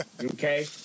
okay